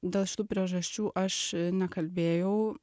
dėl šitų priežasčių aš nekalbėjau